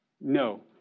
No